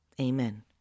Amen